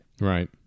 right